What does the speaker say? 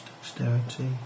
dexterity